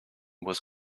was